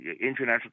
international